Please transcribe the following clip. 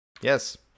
Yes